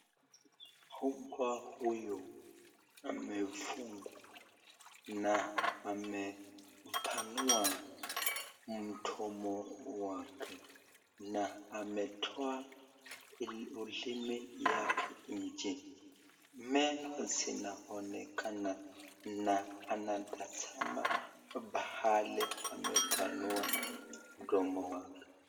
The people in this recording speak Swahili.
Umbwa huyu amefungwa na amepanua mdomo wake na ametoa ulimi yake nje, meno zinaonekana na anatazama pahali amepanua mdomo wake.